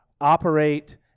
Operate